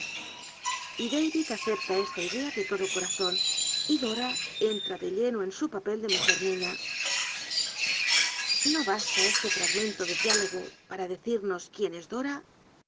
y darid acepta esta idea de todo corazon y dora entra de lleno en su papel de mujerniña ji no basta este fragmento de d i dogo para decirnos quién